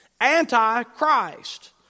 Anti-Christ